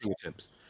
attempts